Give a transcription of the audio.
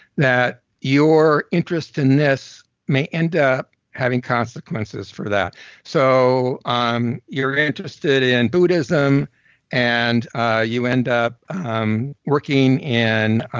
that your interest in this may end up having consequences for that so, you're interested in buddhism and ah you end up um working in